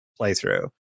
playthrough